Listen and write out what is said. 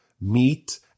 meet